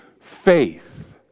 faith